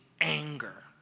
anger